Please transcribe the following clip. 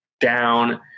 down